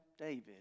David